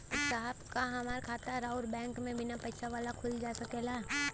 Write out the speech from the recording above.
साहब का हमार खाता राऊर बैंक में बीना पैसा वाला खुल जा सकेला?